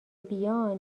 بیان